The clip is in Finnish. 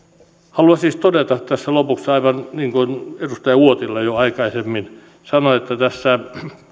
haluan siis todeta tässä lopuksi aivan niin kuin edustaja uotila jo aikaisemmin sanoi että tässä